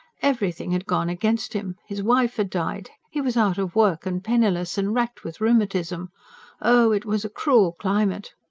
everything had gone against him. his wife had died, he was out of work and penniless, and racked with rheumatism oh, it was a crewl climat!